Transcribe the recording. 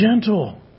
gentle